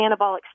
anabolic